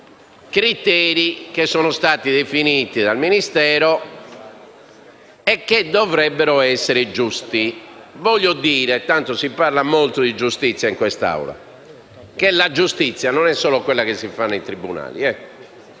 base di criteri definiti dal Ministero e che dovrebbero essere giusti. Voglio dire - tanto si parla molto di giustizia in quest'Aula - che la giustizia non è solo quella che si fa nei tribunali.